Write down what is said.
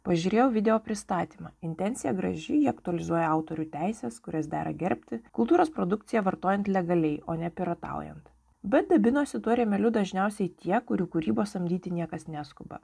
pažiūrėjau videopristatymą intencija graži ji aktualizuoja autorių teises kurias dera gerbti kultūros produkciją vartojant legaliai o ne pirataujant bet dabinosi tuo rėmeliu dažniausiai tie kurių kūrybos samdyti niekas neskuba